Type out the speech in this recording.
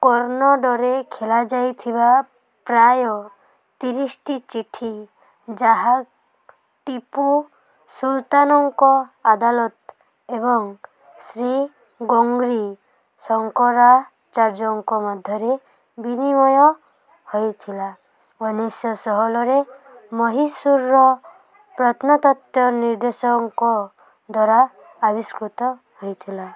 କର୍ଣ୍ଣଡ଼ରେ ଖେଲା ଯାଇଥିବା ପ୍ରାୟ ତିରିଶଟି ଚିଠି ଯାହା ଟିପୁ ସୁଲତାନଙ୍କ ଅଦାଲତ ଏବଂ ଶ୍ରୀ ଗଙ୍ଗରୀ ଶଙ୍କରାଚାର୍ଯ୍ୟଙ୍କ ମଧ୍ୟରେ ବିନିମୟ ହୋଇଥିଲା ଉଣେଇଶହ ଷୋହଳରେ ମହୀଶୂର ପ୍ରତ୍ନତତ୍ତ୍ୱ ନିର୍ଦ୍ଦେଶଙ୍କ ଦ୍ୱାରା ଆବିଷ୍କୃତ ହୋଇଥିଲା